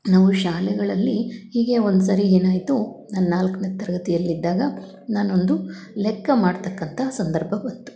ನಾವು ಶಾಲೆಗಳಲ್ಲಿ ಹೀಗೆ ಒಂದುಸರಿ ಏನು ಆಯಿತು ನಾನು ನಾಲ್ಕನೆ ತರಗತಿಯಲ್ಲಿದ್ದಾಗ ನಾನು ಒಂದು ಲೆಕ್ಕ ಮಾಡ್ತಕ್ಕಂತ ಸಂದರ್ಭ ಬಂತು